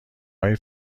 های